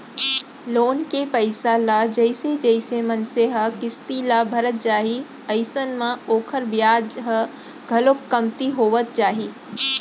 loan के पइसा ल जइसे जइसे मनसे ह किस्ती ल भरत जाही अइसन म ओखर बियाज ह घलोक कमती होवत जाही